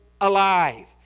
alive